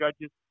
judges